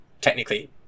technically